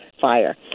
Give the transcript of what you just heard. fire